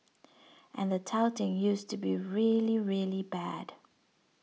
and the touting used to be really really bad